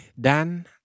dan